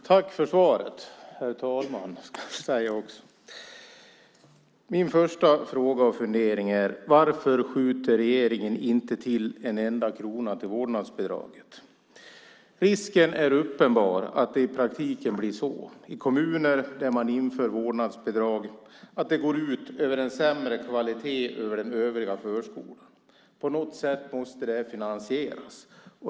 Herr talman! Tack för svaret! Min första fråga och fundering är: Varför skjuter regeringen inte till en enda krona till vårdnadsbidraget? Risken är uppenbar att det i praktiken blir så, i kommuner där man inför vårdnadsbidrag, att det medför en sämre kvalitet i den övriga förskolan. På något sätt måste det här finansieras.